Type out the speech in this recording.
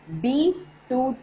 0